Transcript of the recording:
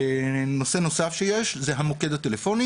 נושא נוסף: המוקד הטלפוני